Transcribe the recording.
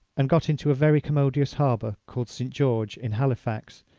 and got into a very commodious harbour called st. george, in halifax,